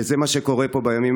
וזה מה שקורה פה בימים